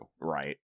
right